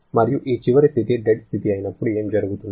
మరియు ఈ చివరి స్థితి డెడ్ స్థితి అయినప్పుడు ఏమి జరుగుతుంది